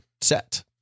set